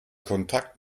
kontakt